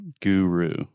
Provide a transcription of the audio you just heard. guru